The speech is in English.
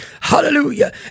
hallelujah